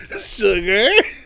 Sugar